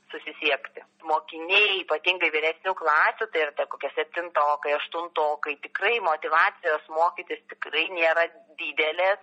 susisiekti mokiniai ypatingai vyresnių klasių tai ir kokia septintokai aštuntokai tikrai motyvacijos mokytis tikrai nėra didelės